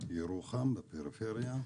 ירוחם בפריפריה,